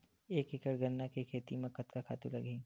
एक एकड़ गन्ना के खेती म कतका खातु लगही?